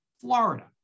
Florida